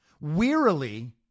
Wearily